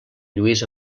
lluís